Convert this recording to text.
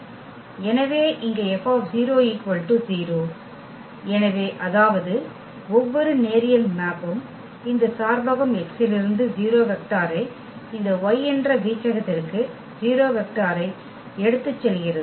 எனவே இங்கே F 0 எனவே அதாவது ஒவ்வொரு நேரியல் மேப்ம் இந்த சார்பகம் X இலிருந்து 0 வெக்டாரை இந்த Y என்ற வீச்சகத்திற்கு 0 வெக்டாரை எடுத்துச் செல்கிறது